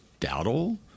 Dowdle